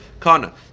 kana